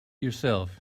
yourself